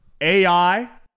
AI